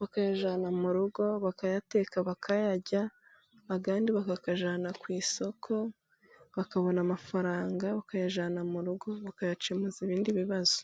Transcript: bakayajyana mu rugo, bakayateka bakayarya, andi bakayajyana ku isoko bakabona amafaranga bakayajyana mu rugo bakayakemuza ibindi bibazo.